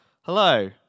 Hello